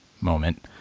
moment